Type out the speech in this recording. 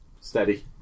Steady